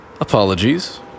Apologies